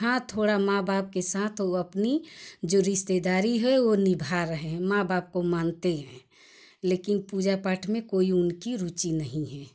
हाँ थोड़ा माँ बाप के साथ अपनी जो थोड़ी रिश्तेदारी है वह निभा रहे हैं माँ बाप को मानते हैं लेकिन पूजा पाठ में कोई उनकी रुचि नहीं है